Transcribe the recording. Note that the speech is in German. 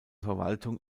verwaltung